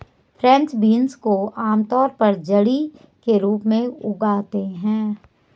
French beans को आमतौर पर झड़ी के रूप में उगाते है